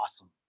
awesome